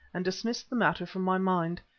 and dismissed the matter from my mind.